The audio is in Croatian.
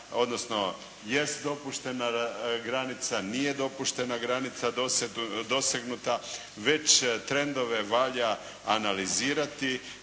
odnosno jest dopuštena granica, nije dopuštena granica dosegnuta već trendove valja analizirati,